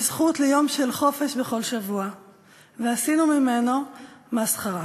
יש זכות ליום של חופש בכל שבוע ועשינו ממנו מסחרה?